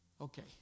Okay